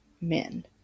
men